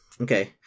Okay